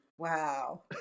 Wow